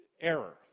error